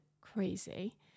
crazy